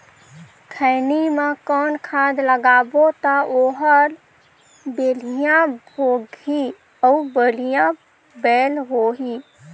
खैनी मा कौन खाद लगाबो ता ओहार बेडिया भोगही अउ बढ़िया बैल होही?